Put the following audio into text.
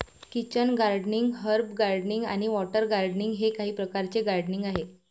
kitchen gardening, herb gardening आणि water gardening हे काही प्रकारचे गार्डनिंग आहेत